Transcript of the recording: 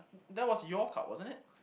that was your card wasn't it